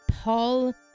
Paul